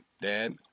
Dad